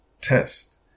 test